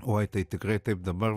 oi tai tikrai taip dabar